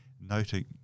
noting